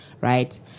right